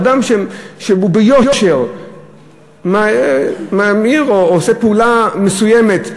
אדם שביושר ממיר או עושה פעולה מסוימת,